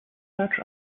search